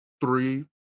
three